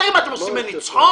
תגידו, אתם עושים ממני צחוק?